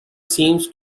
seems